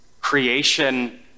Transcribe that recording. creation